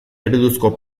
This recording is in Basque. ereduzko